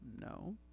No